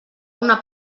una